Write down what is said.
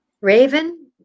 Raven